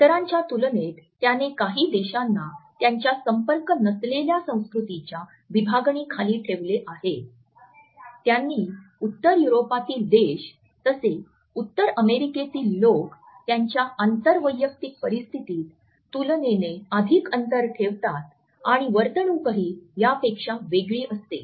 इतरांच्या तुलनेत त्याने काही देशांना त्यांच्या संपर्क नसलेल्या संस्कृतीच्या विभागणीखाली ठेवले आहे त्यांनी उत्तर युरोपातील देश तसेच उत्तर अमेरिकेतील लोक त्यांच्या आंतर वैयक्तिक परिस्थितीत तुलनेने अधिक अंतर ठेवतात आणि वर्तणूकही या पेक्षा वेगळी असते